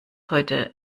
heute